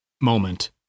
moment